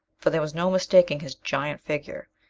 for there was no mistaking his giant figure.